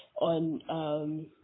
on